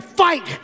fight